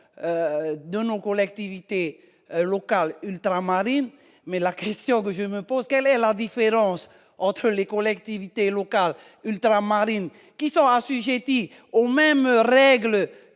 de nos collectivités locales ultramarines mais la Christian que je me pose : quelle est la différence entre les collectivités locales ultramarines qui sont assujettis aux mêmes règles,